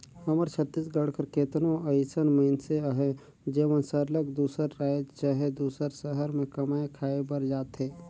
हमर छत्तीसगढ़ कर केतनो अइसन मइनसे अहें जेमन सरलग दूसर राएज चहे दूसर सहर में कमाए खाए बर जाथें